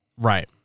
Right